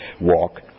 walk